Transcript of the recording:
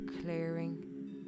clearing